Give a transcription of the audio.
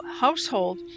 household